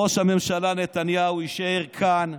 ראש הממשלה נתניהו יישאר כאן.